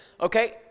okay